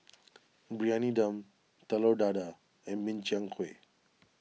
Briyani Dum Telur Dadah and Min Chiang Kueh